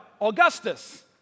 Augustus